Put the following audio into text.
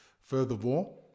Furthermore